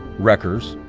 wreckers,